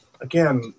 again